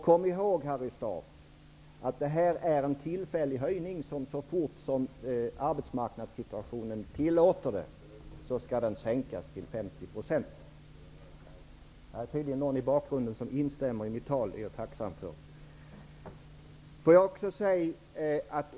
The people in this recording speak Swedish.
Kom ihåg, Harry Staaf, att det här är en tillfällig höjning, och så fort arbetsmarknadssituationen tillåter det skall nivån sänkas till 50 %. Det är tydligen någon i bakgrunden som instämmer i mitt tal. Det är jag tacksam för.